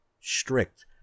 strict